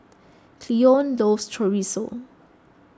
Cleone loves Chorizo